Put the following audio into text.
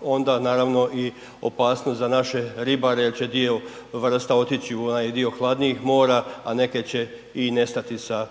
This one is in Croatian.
onda naravno i opasnost za naše ribare jer će dio vrsta otići u onaj dio hladnijih mora, a neke će i nestati sa,